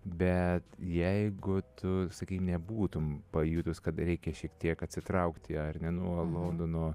bet jeigu tu sakei nebūtum pajutus kad reikia šiek tiek atsitraukti ar ne nuo londono